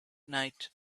night